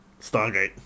Stargate